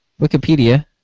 Wikipedia